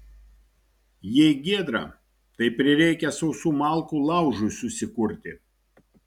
jei giedra tai prireikia sausų malkų laužui susikurti